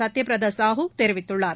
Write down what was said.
சத்யபிரத சாஹூ தெரிவித்துள்ளார்